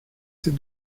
ces